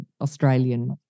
Australian